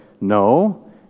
no